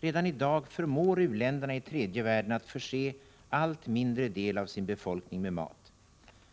Redan i dag förmår u-länderna i tredje världen att förse allt mindre del av sin befolkning med mat.